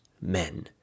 men